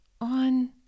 on